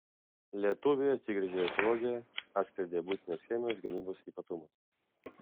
lietuviai atsigręžia į ekologiją atskleidė buitinės chemijos gamybos ypatumus